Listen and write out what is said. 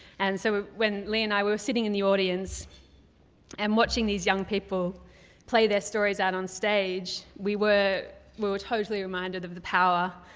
and so when leigh and i were sitting in the audience and watching these young people play their stories out on stage, we were were totally reminded of the power,